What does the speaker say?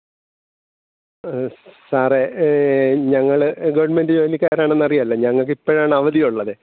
സാറേ ഞങ്ങൾ ഗവൺമെൻ്റ് ജോലിക്കാരാണെന്നറിയാമല്ലോ ഞങ്ങൾക്കിപ്പോഴാണ് അവധിയുള്ളത്